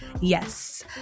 yes